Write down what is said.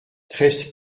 treize